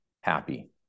happy